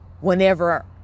whenever